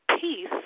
peace